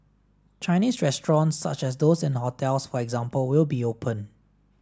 Chinese restaurants such as those in hotels for example will be open